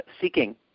seeking